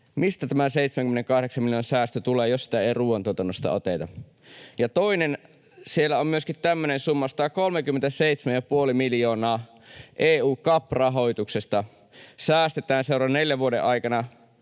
mistä tämä 78 miljoonan säästö tulee, jos sitä ei ruoantuotannosta oteta. Ja toiseksi, siellä on myöskin tämmöinen summa, että säästetään 137,5 miljoonaa EU:n CAP-rahoituksesta seuraavan neljän vuoden aikana.